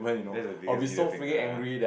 that's the biggest middle finger ya